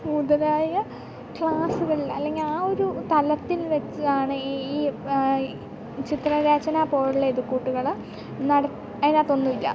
മുതലായ ക്ലാസ്സുകളിൽ അല്ലെങ്കിൽ ആ ഒരു തലത്തിൽ വെച്ചാണ് ഈ ചിത്രരചന പോലെയുള്ള ഇത് കൂട്ടുകൾ നട അതിനകത്തൊന്നുമില്ല